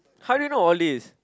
how do you know all these